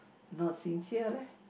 not sincere leh